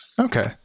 Okay